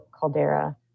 caldera